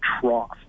trough